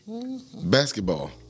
Basketball